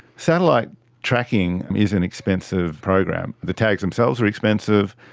satellite tracking is an expensive program. the tags themselves are expensive,